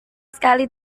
sekali